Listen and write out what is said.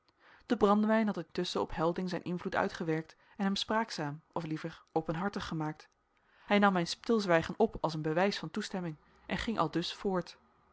de brandewijn had intusschen op helding zijn invloed uitgewerkt en hem spraakzaam of liever openhartig gemaakt hij nam mijn stilzwijgen op als een bewijs van toestemming en ging aldus voort